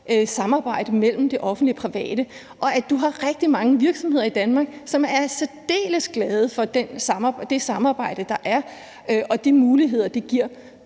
samarbejde mellem det offentlige og det private. Og man ved også, at vi i Danmark har rigtig mange virksomheder, som er særdeles glade for det samarbejde, der er, og de muligheder, som det